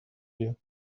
you